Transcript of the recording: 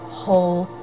whole